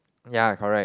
ya correct